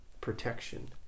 protection